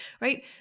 right